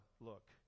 look